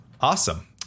Awesome